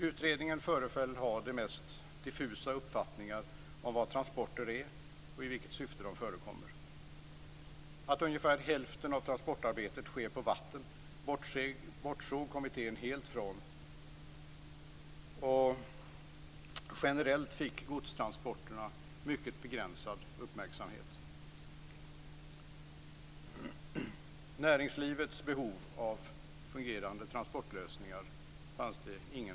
Utredningen föreföll ha de mest diffusa uppfattningar om vad transporter är och i vilket syfte de förekommer. Att ungefär hälften av transportarbetet sker på vatten bortsåg kommittén helt från, och generellt fick godstransporterna mycket begränsad uppmärksamhet. Det fanns ingen förståelse för näringslivets behov av fungerande transportlösningar.